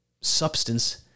substance